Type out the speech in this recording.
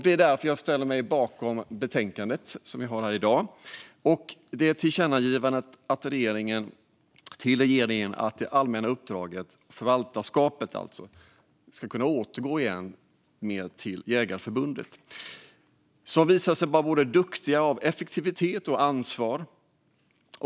Det är därför jag ställer mig bakom dagens betänkande och det föreslagna tillkännagivandet till regeringen att det allmänna uppdraget, förvaltarskapet, ska återgå till Jägareförbundet, som visat sig vara duktigt på både effektivitet och ansvar.